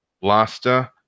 blaster